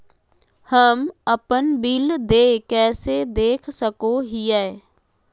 हम अपन बिल देय कैसे देख सको हियै?